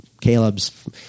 Caleb's